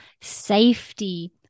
safety